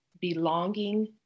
belonging